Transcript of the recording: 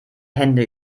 hände